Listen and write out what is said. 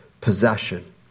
possession